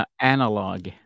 Analog